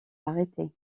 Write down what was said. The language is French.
arrêté